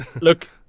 look